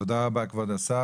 תודה רבה, כבוד השר.